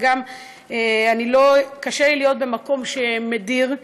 וגם קשה לי להיות במקום שמדיר,